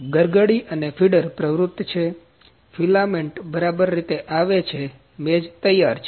ગરગડી અને ફિડર પ્રવૃત્ત છે ફિલામેન્ટ બરાબર રીતે આવે છે મેજ તૈયાર છે